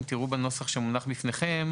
אם תראו בנוסח שמונח בפניכם,